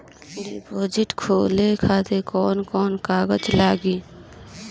Deposit खोले खातिर कौन कौन कागज लागी?